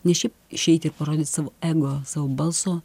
ne šiaip išeit ir parodyt savo ego savo balso